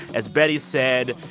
as betty said,